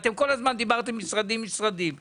אני מבקש בתוך חודש לדעת על כמה רשויות מדובר,